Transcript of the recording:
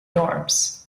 dorms